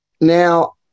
Now